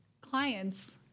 clients